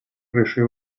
крышей